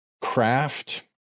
craft